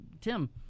Tim